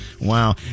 Wow